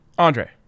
Andre